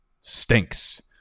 stinks